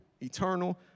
eternal